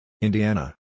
Indiana